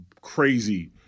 crazy